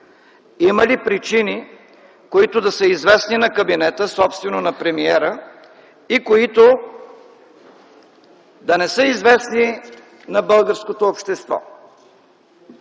Има ли причини, които да са известни на кабинета, собствено на премиера, и които да не са известни на българското общество?